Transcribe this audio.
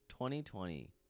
2020